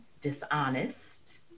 dishonest